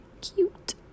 Cute